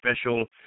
special